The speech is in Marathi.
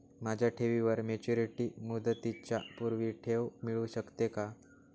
माझ्या ठेवीवर मॅच्युरिटी मुदतीच्या पूर्वी ठेव मिळू शकते का?